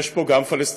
יש פה גם פלסטינים,